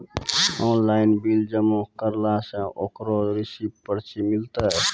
Online bill जमा करला से ओकरौ रिसीव पर्ची मिलतै?